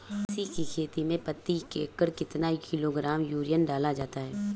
अलसी की खेती में प्रति एकड़ कितना किलोग्राम यूरिया डाला जाता है?